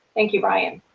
thank you, ryan.